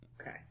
Okay